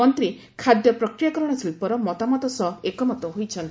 ମନ୍ତ୍ରୀ ଖାଦ୍ୟ ପ୍ରକ୍ରିୟାକରଣ ଶିଳ୍ପର ମତାମତ ସହ ଏକମତ ହୋଇଛନ୍ତି